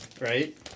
Right